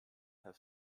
have